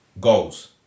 goals